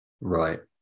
right